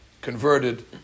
converted